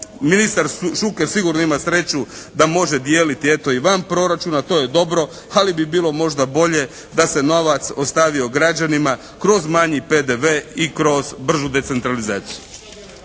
ministar Šuker sigurno ima sreću da može dijeliti eto i van proračuna. To je dobro, ali bi bilo možda bolje da se novac ostavio građanima kroz manji PDV i kroz bržu decentralizaciju.